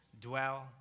dwell